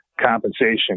compensation